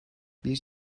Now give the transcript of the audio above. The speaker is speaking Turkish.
bir